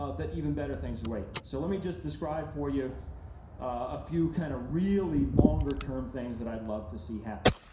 ah that even better things await. so let me just describe for you a few kind of really longer term things that i'd love to see happen.